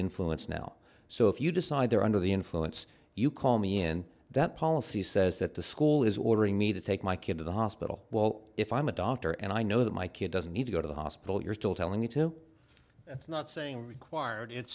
influence now so if you decide they're under the influence you call me and that policy says that the school is ordering me to take my kid to the hospital well if i'm a doctor and i know that my kid doesn't need to go to the hospital you're still telling you to that's not saying required it's